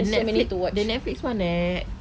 Netflix the Netflix [one] eh